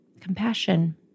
Compassion